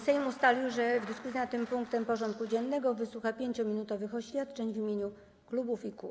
Sejm ustalił, że w dyskusji nad tym punktem porządku dziennego wysłucha 5-minutowych oświadczeń w imieniu klubów i kół.